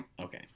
Okay